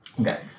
Okay